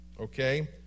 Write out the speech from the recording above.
Okay